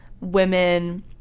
women